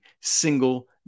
single